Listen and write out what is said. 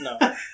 No